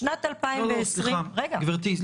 בשנת 2020 --- לא, לא, סליחה, גבירתי.